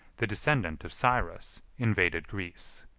the descendant of cyrus, invaded greece.